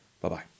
Bye-bye